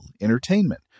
entertainment